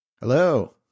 Hello